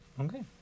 Okay